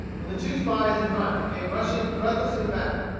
when the two spies in front came rushing breathlessly back,